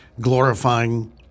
glorifying